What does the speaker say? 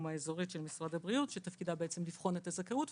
האזורית של משרד הבריאות שתפקידה לבחון את הזכאות,